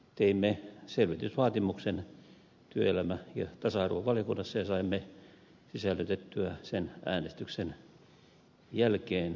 teimme selvitysvaatimuksen työelämä ja tasa arvovaliokunnassa ja saimme sisällytettyä sen äänestyksen jälkeen valiokunnan lausuntoon